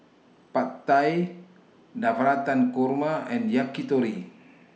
Pad Thai Navratan Korma and Yakitori